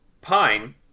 pine